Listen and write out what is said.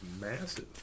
massive